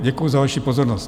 Děkuji za vaši pozornost.